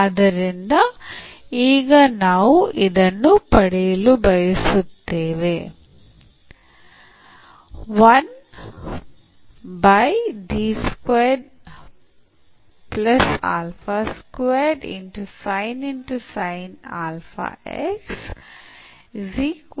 ಆದ್ದರಿಂದ ಈಗ ನಾವು ಇದನ್ನು ಪಡೆಯಲು ಬಯಸುತ್ತೇವೆ